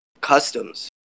customs